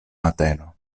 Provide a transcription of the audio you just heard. mateno